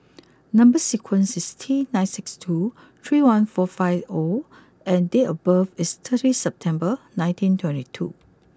number sequence is T nine six two three one four five O and date of birth is thirty September nineteen twenty two